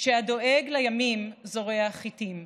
שהדואג לימים זורע חיטים,